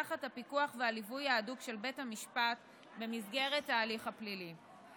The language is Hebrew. תחת הפיקוח והליווי ההדוק של בית המשפט במסגרת ההליך הפלילי.